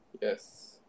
Yes